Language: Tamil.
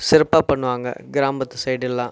சிறப்பாக பண்ணுவாங்க கிராமத்து சைட் எல்லாம்